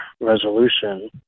resolution